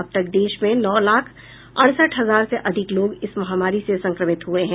अब तक देश में नौ लाख अड़सठ हजार से अधिक लोग इस महामारी से संक्रमित हुए हैं